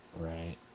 Right